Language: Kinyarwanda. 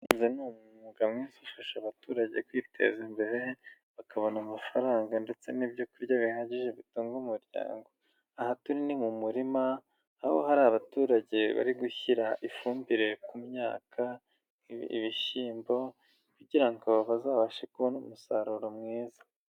Ni umwuga mwiza ufasha abaturage kwiteza imbere, bakabona amafaranga, ndetse n'ibyokurya bihagije bitunga umuryango. Aha turi ni mu murima aho hari abaturage bari gushyira ifumbire ku myaka, ibishyimbo kugira ngo bazabashe kubona umusaruro mwiza.